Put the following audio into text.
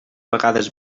vegades